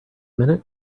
minute